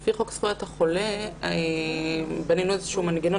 --- לפי חוק זכויות החולה בנינו איזשהו מנגנון